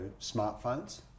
smartphones